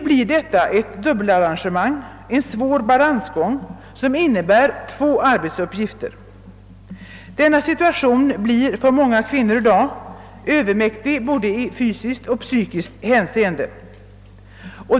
Men det blir ett dubbelarrangemang och en svår balansgång mellan två arbetsuppgifter, och det är en situation som blir många kvinnor övermäktig i både fysiskt och psykiskt avseende.